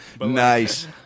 Nice